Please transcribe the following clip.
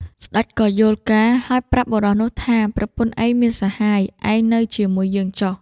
ស្ដេចក៏យល់ការណ៍ ហើយប្រាប់បុរសនោះថា “ប្រពន្ធឯងមានសហាយ ឯងនៅជាមួយយើងចុះ”។